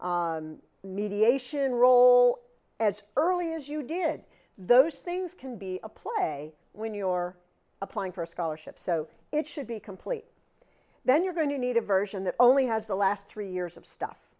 peer mediation role as early as you did those things can be a play when your applying for a scholarship so it should be complete then you're going to need a version that only has the last three years of